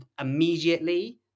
immediately